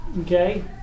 Okay